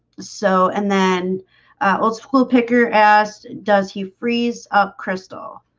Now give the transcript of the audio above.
so and then old-school picker asked does he frees up crystal?